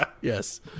yes